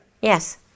Yes